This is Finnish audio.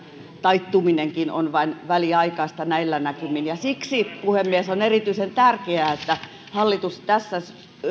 taittuminenkin on vain väliaikaista näillä näkymin siksi puhemies on erityisen tärkeää että hallitus